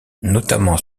notamment